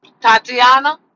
Tatiana